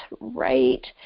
right